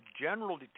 general